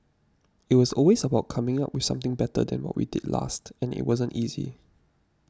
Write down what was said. it was always about coming up with something better than what we did last and it wasn't easy